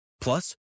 Plus